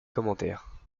commentaires